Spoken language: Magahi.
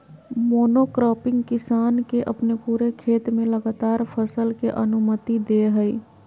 मोनोक्रॉपिंग किसान के अपने पूरे खेत में लगातार फसल के अनुमति दे हइ